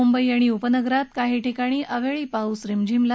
मुंबई आणि उपनगरात काही ठिकाणी अवछी पाऊस रिमझिमला